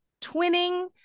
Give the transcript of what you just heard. twinning